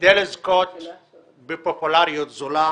לך אכפת מהמשפחות השכולות.